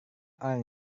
orang